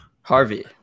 Harvey